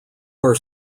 are